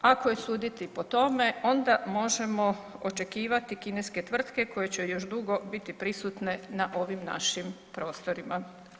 Ako je suditi po tome, onda možemo očekivati kineske tvrtke koje će još dugo biti prisutne na ovim našim prostorima.